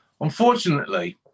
Unfortunately